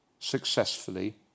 successfully